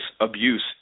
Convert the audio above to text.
abuse